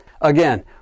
Again